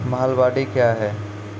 महलबाडी क्या हैं?